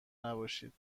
نباشید